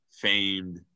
famed